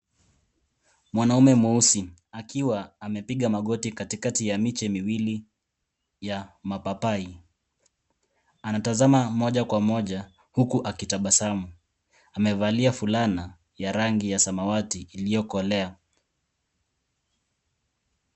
Mwanaume mweusi akiwa amepiga magoti katikati ya miti miwili ya mapapai. Anatazama moja kwa moja huku akitabasamu. Amevalia fulana ya rangi ya samawati iliyokolea.